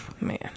Man